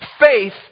faith